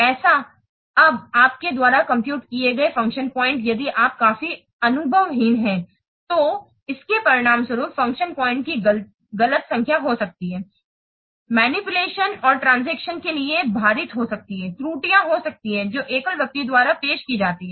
ऐसा अब आपके द्वारा कंप्यूट किए गए फ़ंक्शन पॉइंट यदि आप काफी अनुभवहीन हैं तो इसके परिणामस्वरूप फ़ंक्शन पॉइंट की गलत संख्या हो सकती है फ़ाइल मैनीपुलेशन और ट्रांसक्शन्स के लिए भारित हो सकती है त्रुटियां हो सकती हैं जो एकल व्यक्ति द्वारा पेश की जाती हैं